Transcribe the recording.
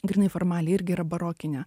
grynai formaliai irgi yra barokinė